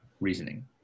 reasoning